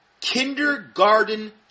Kindergarten